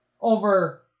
over